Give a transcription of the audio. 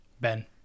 Ben